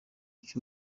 cyo